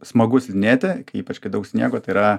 smagu slidinėti kai ypač kai daug sniego tai yra